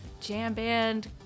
jam-band